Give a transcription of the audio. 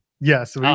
Yes